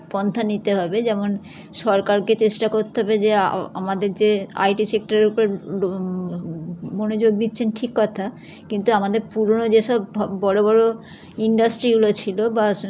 পন্থা নিতে হবে যেমন সরকারকে চেষ্টা করতে হবে যে ও আমাদের যে আই টি সেক্টারের উপর মনোযোগ দিচ্ছেন ঠিক কথা কিন্তু আমাদের পুরোনো যে সব ভ বড়ো বড়ো ইন্ডাস্ট্রিগুলো ছিলো বা সো